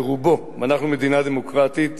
ברובו, ואנחנו מדינה דמוקרטית,